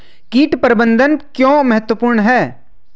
कीट प्रबंधन क्यों महत्वपूर्ण है?